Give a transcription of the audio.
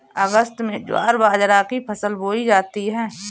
अगस्त में ज्वार बाजरा की फसल बोई जाती हैं